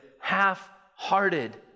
half-hearted